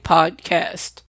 Podcast